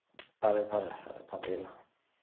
ꯐꯔꯦ ꯐꯔꯦ ꯍꯣꯏ ꯊꯝꯕꯤꯔꯣ